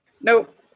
Nope